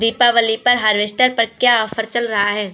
दीपावली पर हार्वेस्टर पर क्या ऑफर चल रहा है?